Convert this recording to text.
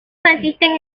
consisten